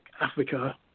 Africa